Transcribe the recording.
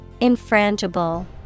Infrangible